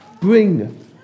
bring